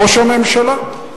ראש הממשלה.